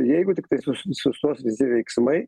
jeigu tiktais sustos visi veiksmai